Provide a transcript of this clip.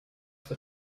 for